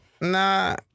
Nah